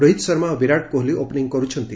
ରୋହିତ ଶର୍ମା ଓ ବିରାଟ କୋହଲି ଓପନିଂ କରୁଛନ୍ତି